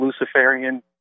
Luciferian